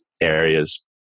areas